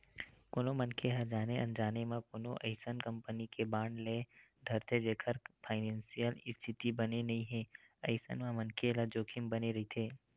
कोनो मनखे ह जाने अनजाने म कोनो अइसन कंपनी के बांड ले डरथे जेखर फानेसियल इस्थिति बने नइ हे अइसन म मनखे ल जोखिम बने रहिथे